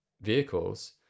vehicles